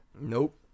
Nope